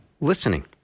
listening